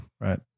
right